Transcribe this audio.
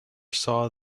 saw